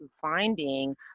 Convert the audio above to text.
finding